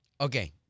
Okay